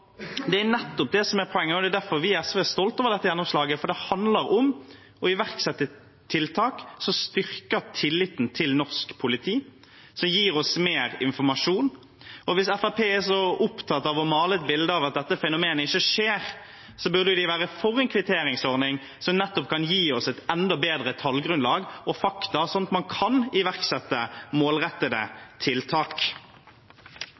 det er derfor vi i SV er stolt over dette gjennomslaget, for det handler om å iverksette tiltak som styrker tilliten til norsk politi, og som gir oss mer informasjon. Hvis Fremskrittspartiet er så opptatt av å male et bilde av at dette fenomenet ikke skjer, burde de være for en kvitteringsordning som nettopp kan gi oss et enda bedre tallgrunnlag og fakta, sånn at man kan iverksette